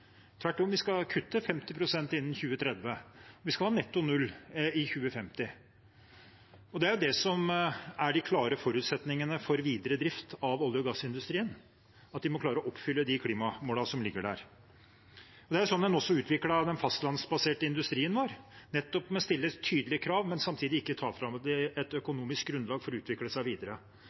Tvert om, vi skal kutte 50 pst. innen 2030. Vi skal ha netto null i 2050. De klare forutsetningene for videre drift av olje- og gassindustrien er at den må klare å oppfylle de klimamålene som ligger der. Det er sånn en også utviklet den fastlandsbaserte industrien vår, nettopp ved å stille tydelige krav, men samtidig ikke ta fra dem det økonomiske grunnlaget for å utvikle seg videre.